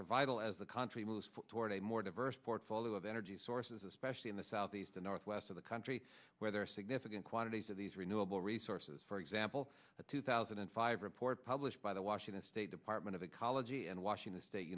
are vital as the country moves toward a more diverse portfolio of energy sources especially in the southeast and northwest of the country where there are significant quantities of these renewable resources for example the two thousand and five report published by the washington state department of ecology and washington state